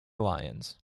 lions